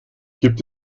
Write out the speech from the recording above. gibt